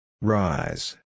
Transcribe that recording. Rise